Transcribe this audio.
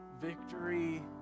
victory